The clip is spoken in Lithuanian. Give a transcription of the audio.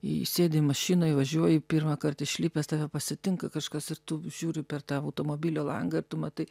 į sėdi mašinoj važiuoji pirmą kartą išlipęs tave pasitinka kažkas ir tu žiūriu per tavo automobilio langą ir tu matai